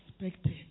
expected